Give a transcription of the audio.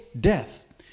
death